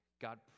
God